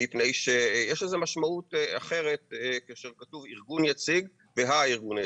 מפני שיש לזה משמעות אחרת כאשר כתוב ארגון יציג והארגון היציג.